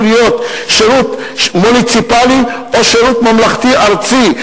להיות שירות מוניציפלי או שירות ממלכתי ארצי,